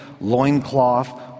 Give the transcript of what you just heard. loincloth